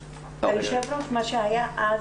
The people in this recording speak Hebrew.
היו"ר, מה שהיה אז,